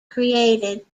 created